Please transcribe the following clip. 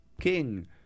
King